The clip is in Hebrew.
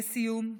לסיום,